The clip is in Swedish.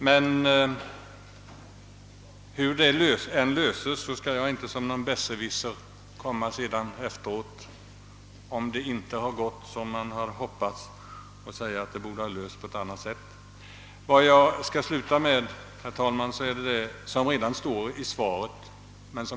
Men hur det problemet än löses skall jag inte, om det inte går som man hoppas, som någon besserwisser komma efteråt och säga att det borde ha lösts på annat sätt.